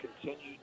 continue